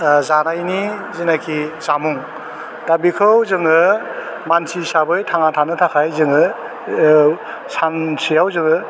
ओह जानायनि जिनाखि जामुं दा बेखौ जोङो मानसि हिसाबै थांना थानो थाखाय जोङो ओह सानसेयाव जोङो